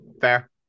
fair